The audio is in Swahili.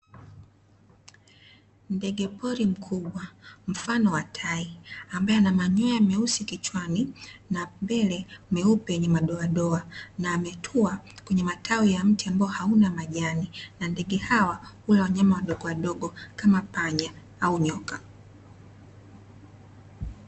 Ndege pori mkubwa mfano wa tai ambae ana manyoya meusi kichwani na mbele meupe yenye madodoa, na ametua kwenye matawi ya mti ambao hauna majani, na ndege hawa hula wanyama wadogowadogo kama panya au nyoka.